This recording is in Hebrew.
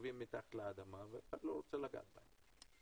ששוכבים מתחת לאדמה ואף אחד לא רוצה לגעת בהם.